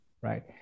right